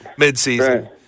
Midseason